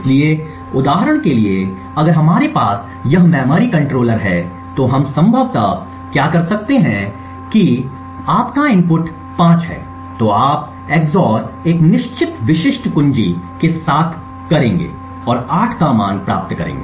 इसलिए उदाहरण के लिए अगर हमारे पास यह मेमोरी कंट्रोलर है तो हम संभवतः क्या कर सकते हैं यदि आपका इनपुट 5 है तो आप EX OR एक निश्चित विशिष्ट कुंजी के साथ करें और 8 का मान प्राप्त करें